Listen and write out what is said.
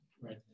right